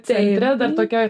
centre dar tokia